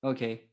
Okay